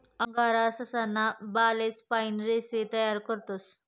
angora ससा ना बालेस पाइन रेशे तयार करतस